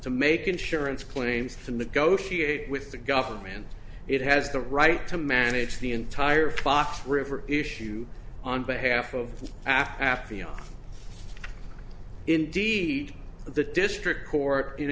to make insurance claims to negotiate with the government it has the right to manage the entire fox river issue on behalf of afi and indeed the district court in